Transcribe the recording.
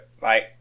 Bye